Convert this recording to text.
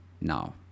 now